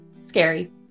scary